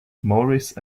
maurice